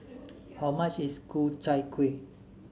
how much is Ku Chai Kueh